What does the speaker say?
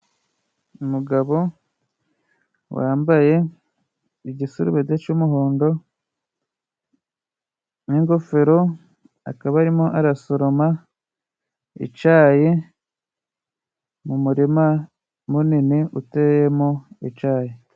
Umugabo wambaye igisurubete c'umuhondo n'ingofero, akaba arimo arasoroma icayi mu murima munini uteyemo icayi.